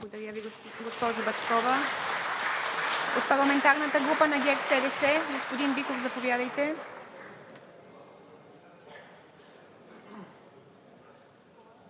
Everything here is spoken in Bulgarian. Благодаря Ви, госпожо Бачкова. От парламентарната група на ГЕРБ-СДС? Господин Биков, заповядайте.